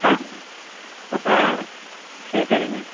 சரி சரிங்க